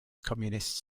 communists